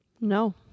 No